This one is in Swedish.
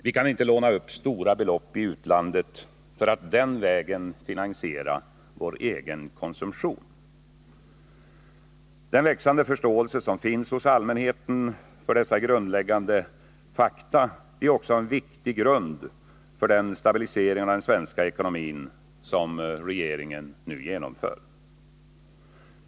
Vi kan inte låna upp stora belopp i utlandet för att den vägen finansiera vår egen konsumtion. Den växande förståelse som finns hos allmänheten för dessa grundläggande fakta är också en viktig grund för den stabilisering av den svenska ekonomin som regeringen nu genomför.